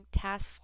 Task